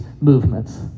movements